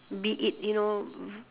be it you know